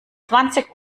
zwanzig